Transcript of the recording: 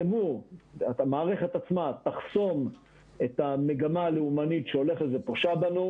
ושהמערכת עצמה תחסום את המגמה הלאומנית שהולכת ופושה בנו.